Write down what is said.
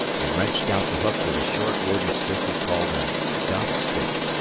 and wrenched out the hook with the short wooden stick he called a gob-stick.